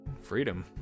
freedom